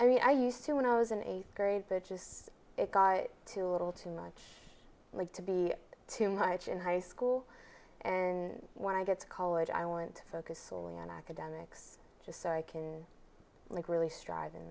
i mean i used to when i was in eighth grade just it got to a little too much like to be too much in high school and when i gets college i want focus solely on academics just so i can like really strive in